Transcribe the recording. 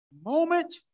moment